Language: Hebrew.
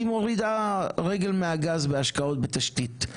היא מורידה רגל מהגז בהשקעות בתשתית.